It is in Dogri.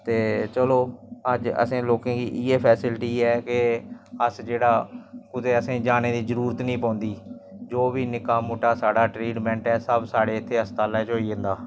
ओह् रेडियो जे रक्खे दे होंदे हे डैक रक्खे दे होंदे हे लोकें लोक सुनी लैंदे हे पैह्लै ते लोक गरीब होंदे हे ते सुनी लैंदे हे इक दूऐ दे घर जंदे हे सुनने आस्तै जियां रेडुआ कुसै कुसै दे घर होंदे हे